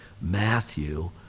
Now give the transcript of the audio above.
Matthew